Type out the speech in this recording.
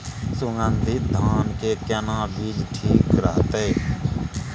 सुगन्धित धान के केना बीज ठीक रहत?